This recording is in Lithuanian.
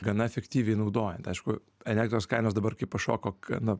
gana efektyviai naudojant aišku elektros kainos dabar kai pašoko k na